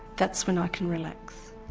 that's when i can relax.